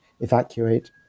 evacuate